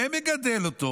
ומגדל אותו,